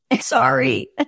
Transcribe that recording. sorry